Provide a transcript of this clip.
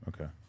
Okay